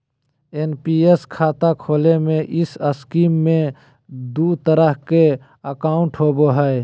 NPS खाता खोले में इस स्कीम में दू तरह के अकाउंट होबो हइ